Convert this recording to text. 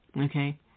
okay